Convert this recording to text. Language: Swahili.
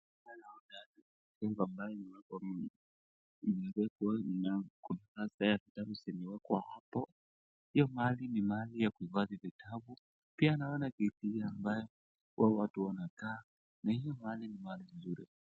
Picha naona kitu ambayo imewekwa na kurasa ya kitabu zimewekwa hapo hiyo mahali ni mahali ya kuhifadhi vitabu, pia naona kiti ambayo watu wanakaa na hiyo mahali ni mahali nzuri.